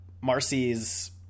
Marcy's